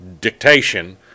dictation